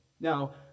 Now